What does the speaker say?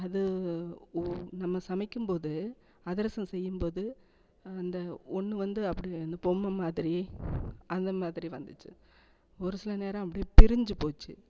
அது ஓ நம்ம சமைக்கும்போது அதிரசம் செய்யும்போது அந்த ஒன்று வந்து அப்படி அந்த பொம்மைமாதிரி அந்த மாதிரி வந்துச்சு ஒரு சில நேரம் அப்படியே பிரிஞ்சு போச்சு